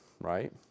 right